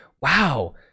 wow